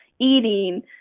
eating